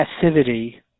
passivity